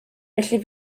felly